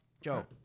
Joe